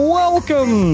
welcome